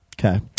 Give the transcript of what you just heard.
Okay